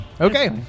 Okay